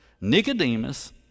Nicodemus